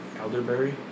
Elderberry